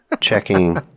Checking